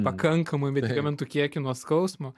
pakankamai medikamentų kiekį nuo skausmo